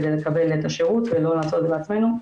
כדי לקבל את השירות ולא לעשות את זה בעצמנו.